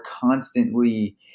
constantly